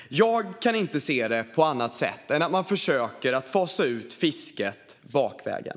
Jag kan inte se det på annat sätt än att man försöker fasa ut fisket bakvägen.